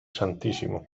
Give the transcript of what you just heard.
stmo